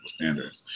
standards